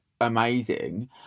amazing